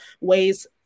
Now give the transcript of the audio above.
ways